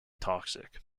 toxic